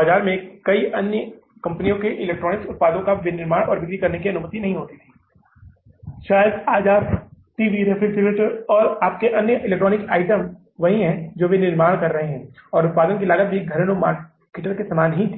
बाजार में कई अन्य कंपनियों के इलेक्ट्रॉनिक्स उत्पादों का विनिर्माण और बिक्री करने की अनुमति नहीं होती है शायद आज आप टीवी रेफ्रिजरेटर और आपके अन्य इलेक्ट्रॉनिक्स आइटम वही है जो वे निर्माण कर रहे थे और उत्पादन की लागत भी घरेलू मार्केटर के सामान ही था